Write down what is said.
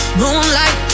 moonlight